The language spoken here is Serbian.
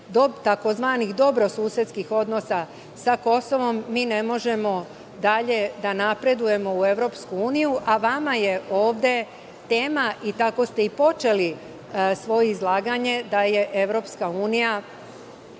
tzv. dobrosusedskih odnosa sa Kosovom mi ne možemo dalje da napredujemo u EU, a vama je ovde tema i tako ste i počeli svoje izlaganje, da je EU par